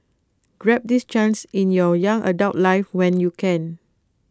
grab this chance in your young adult life when you can